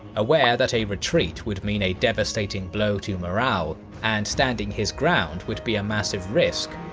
aware that a retreat would mean a devastating blow to morale and standing his ground would be a massive risk,